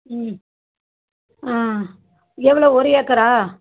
ம் ஆ எவ்வளோ ஒரு ஏக்கரா